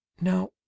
Now